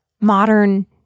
modern